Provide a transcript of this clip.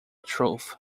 truth